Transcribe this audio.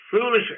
foolish